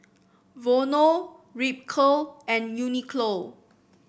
Vono Ripcurl and Uniqlo